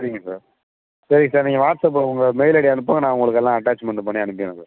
சரிங்க சார் சரி சார் நீங்கள் வாட்ஸப்பில் உங்கள் மெயில் ஐடியை அனுப்புங்கள் நான் உங்களுக்கு எல்லா அட்டாச்மெண்டு பண்ணி அனுப்பிடறேன் சார்